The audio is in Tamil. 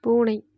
பூனை